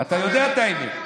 אתה יודע את האמת.